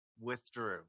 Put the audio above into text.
withdrew